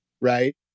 right